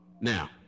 Now